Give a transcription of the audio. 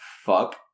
Fuck